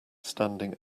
standing